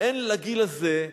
הן לגיל הזה,